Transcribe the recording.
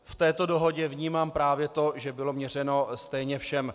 V této dohodě vnímám právě to, že bylo měřeno stejně všem.